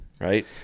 Right